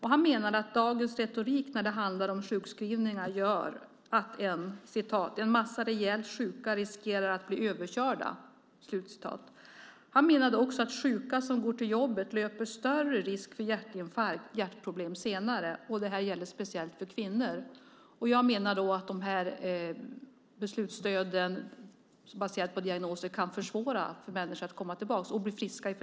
Han menade att dagens retorik när det handlar om sjukskrivningar gör att "en massa rejält sjuka riskerar att bli överkörda". Han menade också att sjuka som går till jobbet löper större risk för hjärtinfarkt och hjärtproblem senare. Detta gällde speciellt kvinnor. Jag menar att beslutsstöden baserat på diagnosen i förlängningen kan försvåra för människor att komma tillbaka och bli friska.